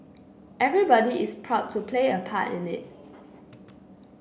everybody is proud to play a part in it